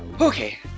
Okay